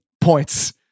points